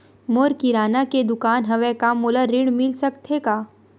मोर किराना के दुकान हवय का मोला ऋण मिल सकथे का?